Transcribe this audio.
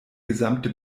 gesamte